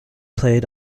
played